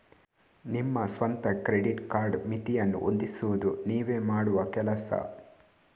ನಿಮ್ಮ ಸ್ವಂತ credit card ಮಿತಿಯನ್ನ ಹೊಂದಿಸುದು ನೀವೇ ಮಾಡುವ ಕೆಲಸ